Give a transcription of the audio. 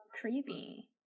Creepy